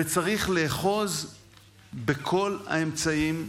וצריך לאחוז בכל האמצעים.